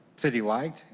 city wide,